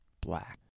black